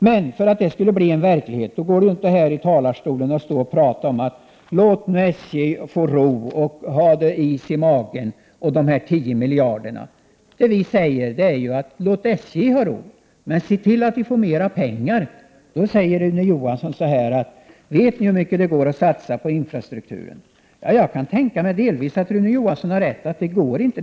Men för att det skall bli verklighet går det inte att stå här i talarstolen och prata om att SJ skall få ro, att ha is i magen och om de 10 miljarderna. Det vi säger är: Låt SJ ha ro, men se till att vi får mer pengar. Då frågar Rune Johansson om vi vet hur mycket det går att satsa på infrastrukturen. Ja, jag kan tänka mig att Rune Johansson delvis har rätt. Det går inte att satsa hur mycket som helst.